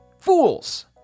Fools